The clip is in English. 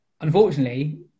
Unfortunately